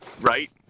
right